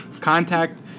Contact